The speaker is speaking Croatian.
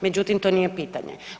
Međutim, to nije pitanje.